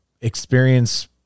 experience